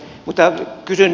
mutta kysyn